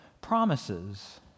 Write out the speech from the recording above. promises